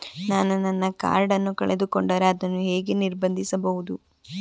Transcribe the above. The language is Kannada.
ನಾನು ನನ್ನ ಕಾರ್ಡ್ ಅನ್ನು ಕಳೆದುಕೊಂಡರೆ ಅದನ್ನು ಹೇಗೆ ನಿರ್ಬಂಧಿಸಬಹುದು?